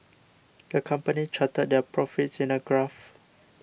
the company charted their profits in a graph